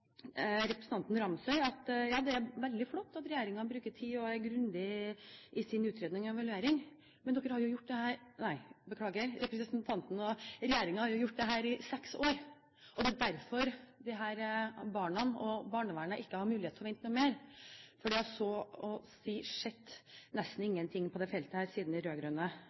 representanten Ramsøy at det er veldig flott at regjeringen bruker tid og er grundig i sin utredning og evaluering. Men regjeringen har gjort dette i seks år, og det er derfor disse barna og barnevernet ikke har grunn til å vente noe mer. Det har så å si skjedd nesten ingenting på dette feltet siden de